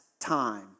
time